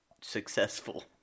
successful